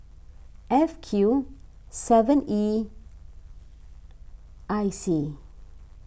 F Q seven E I C